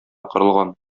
корылган